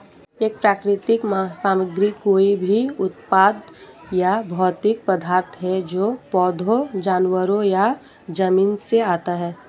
एक प्राकृतिक सामग्री कोई भी उत्पाद या भौतिक पदार्थ है जो पौधों, जानवरों या जमीन से आता है